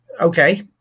okay